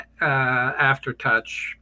aftertouch